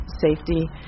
safety